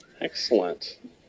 Excellent